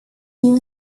new